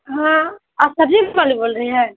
ہاں آپ سبزی والے بول رہے ہیں